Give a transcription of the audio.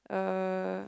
uh